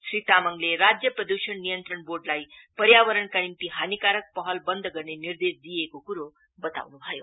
श्री तामाङले राज्य प्रदुषण नियन्त्रण वोर्डलाई पर्यावरणका निम्ति हानिकारक पहल बन्द गर्ने निर्देश दिइएको कुरो बताउनु भयो